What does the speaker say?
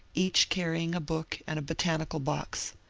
each carrying a book and a botanical box.